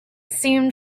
seemed